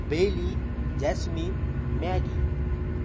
bailey jasmine maggie